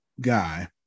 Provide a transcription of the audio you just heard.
guy